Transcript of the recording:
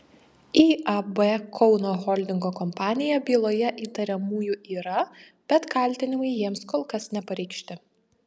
iab kauno holdingo kompanija byloje įtariamųjų yra bet kaltinimai jiems kol kas nepareikšti